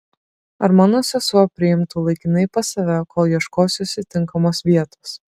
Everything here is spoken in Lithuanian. ar mano sesuo priimtų laikinai pas save kol ieškosiuosi tinkamos vietos